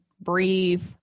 breathe